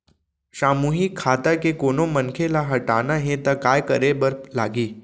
सामूहिक खाता के कोनो मनखे ला हटाना हे ता काय करे बर लागही?